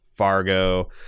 fargo